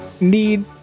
need